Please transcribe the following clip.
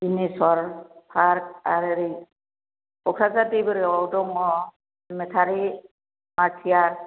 बिनिसर park आरो ओरै क'क्राझार देबोरगावआव दङ सिमेथारि मारतियार